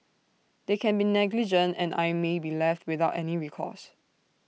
they can be negligent and I may be left without any recourse